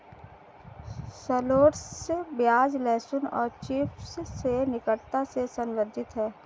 shallots प्याज, लहसुन और चिव्स से निकटता से संबंधित है